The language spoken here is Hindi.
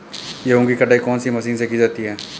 गेहूँ की कटाई कौनसी मशीन से की जाती है?